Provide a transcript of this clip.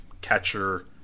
catcher